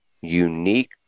unique